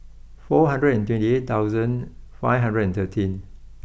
four hundred and twenty eight thousand five hundred and thirteen